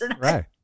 Right